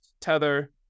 Tether